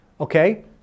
Okay